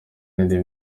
n’indi